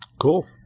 cool